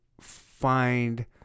find